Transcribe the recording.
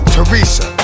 Teresa